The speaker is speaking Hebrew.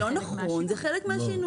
לא נכון, זה חלק מהשינוי.